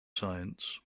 science